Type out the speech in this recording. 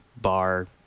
bar